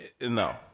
no